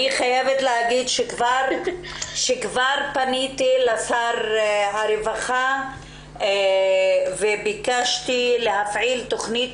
כבר פניתי לשר הרווחה וביקשתי להפעיל תוכנית